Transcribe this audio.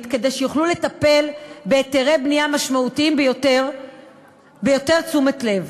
לטיפול בהיתרי בנייה משמעותיים ביותר תשומת לב.